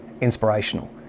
inspirational